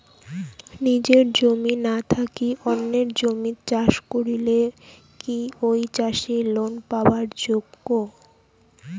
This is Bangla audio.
নিজের জমি না থাকি অন্যের জমিত চাষ করিলে কি ঐ চাষী লোন পাবার যোগ্য?